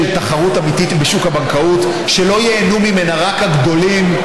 של תחרות אמיתית בשוק הבנקאות שלא ייהנו ממנה רק הגדולים,